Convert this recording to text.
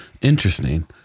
Interesting